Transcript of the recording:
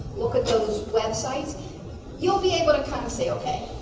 look at those websites you'll be able to kind of say okay